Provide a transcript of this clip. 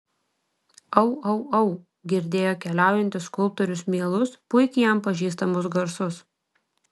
au au au girdėjo keliaujantis skulptorius mielus puikiai jam pažįstamus garsus